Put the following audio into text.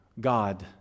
God